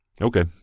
Okay